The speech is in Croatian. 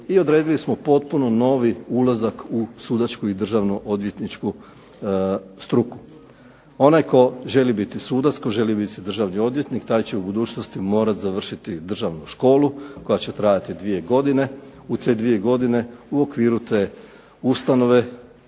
i odredili smo potpuno novi ulazak u sudačku i državno-odvjetničku struku. Onaj tko želi biti sudac, tko želi biti državni odvjetnik taj će u budućnosti morati završiti državnu školu koja će trajati dvije godine. U te dvije godine u okviru te ustanove